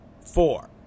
four